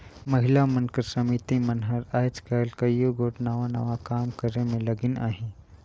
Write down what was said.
महिला मन कर समिति मन हर आएज काएल कइयो गोट नावा नावा काम करे में लगिन अहें